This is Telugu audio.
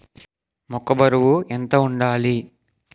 మొక్కొ బరువు ఎంత వుండాలి?